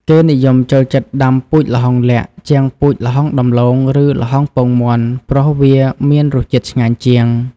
គេនិយមចូលចិត្តដាំពូជល្ហុងលក្ខ័ជាងពូជល្ហុងដំឡូង ឬ ល្ហុងពងមាន់ព្រោះវាមានរសឆ្ងាញ់ជាង។